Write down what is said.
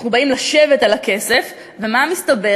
אנחנו באים לשבת על הכסף, ומה מסתבר?